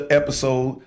episode